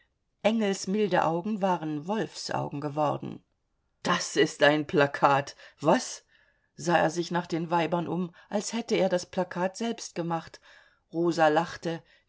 engels milde augen waren wolfsaugen geworden das ist ein plakat was sah er sich nach den weibern um als hätte er das plakat selbst gemacht rosa lachte